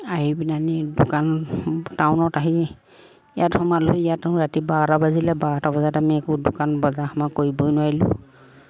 আহি পিনাইনি দোকান টাউনত আহি ইয়াত সোমালোঁহি ইয়াত ৰাতি বাৰটা বাজিলে বাৰটা বজাত আমি একো দোকান বজাৰ সমাৰ কৰিবই নোৱাৰিলোঁ